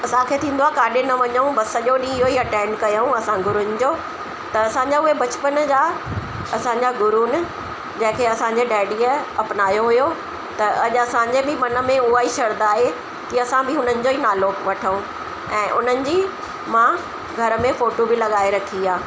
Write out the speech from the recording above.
असांखे थींदो आहे काॾे न वञू बसि सॼो ॾींहुं इहो ई अटैंड कयूं असां गुरुनि जो त असांजा उहे बचपन जा असांजा गुरू आहिनि जंहिंखें असांजे डेडीअ अपनायो हुओ त अॼु असांजे बि मन में उहा ई श्रद्धा आहे की असां बि हुननि जो ई नालो वठूं ऐं उन्हनि जी मां घर में फोटो बि लॻाए रखी आहे